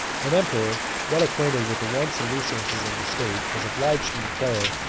an emperor well acquainted with the wants and resources of the state was obliged to declare,